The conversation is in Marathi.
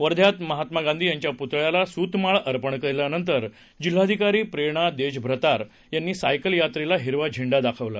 वध्यात महात्मा गांधी यांच्या पुतळ्याला सूतमाळ अर्पण केल्यानंतर जिल्हाधिकारी प्रेरणा देशभ्रतार यांनी सायकल यात्रेला हिरवा झेंडा दाखवला